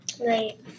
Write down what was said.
Right